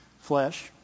Flesh